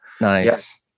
Nice